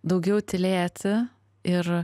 daugiau tylėti ir